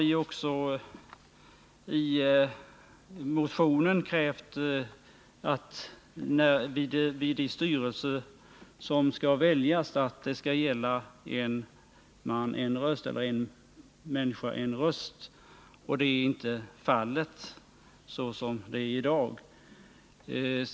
I motionen har vi krävt att alla styrelser inom högskolan skall väljas enligt principen en människa — en röst. Så är inte fallet i dag.